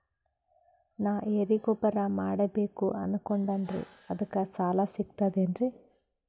ನಾ ಎರಿಗೊಬ್ಬರ ಮಾಡಬೇಕು ಅನಕೊಂಡಿನ್ರಿ ಅದಕ ಸಾಲಾ ಸಿಗ್ತದೇನ್ರಿ?